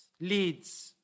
leads